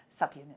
subunit